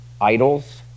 idols